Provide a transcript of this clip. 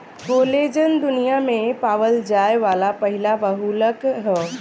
collagen दुनिया में पावल जाये वाला पहिला बहुलक ह